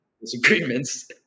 disagreements